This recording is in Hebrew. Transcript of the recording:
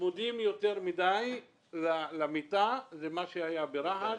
שצמודים יותר מדי למיטה, זה מה שהיה ברהט,